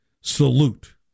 salute